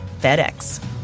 FedEx